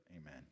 Amen